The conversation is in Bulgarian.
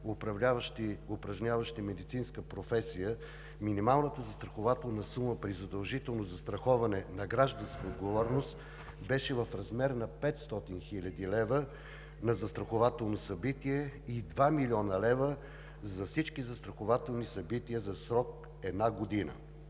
упражняващи медицинска професия, минималната застрахователна сума при задължително застраховане на „Гражданска отговорност“ беше в размер на 500 хил. лв. на застрахователно събитие и 2 млн. лв. за всички застрахователни събития за срок една година.